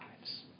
lives